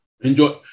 Enjoy